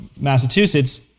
Massachusetts